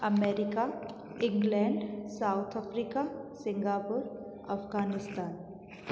America England South Africa Singapore Afghanistan